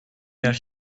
her